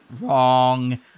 wrong